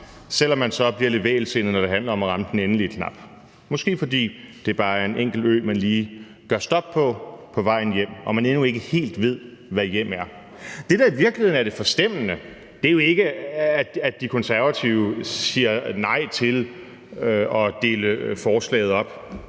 selv om man så bliver lidt vægelsindet, når det handler om at ramme den endelige knap, måske fordi det bare er en enkelt ø, man lige gør stop på, på vejen hjem, og man endnu ikke helt ved, hvad hjem er. Det, der i virkeligheden er det forstemmende, er jo ikke, at De Konservative siger nej til at dele forslaget op